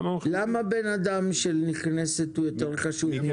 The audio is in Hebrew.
למה אדם של תיירות נכנסת יותר חשוב מאדם של תיירות פנים?